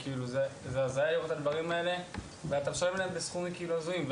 זו הזיה לראות את הדברים האלה בכלל ומשלמים להם בסכומים הזויים.